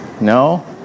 No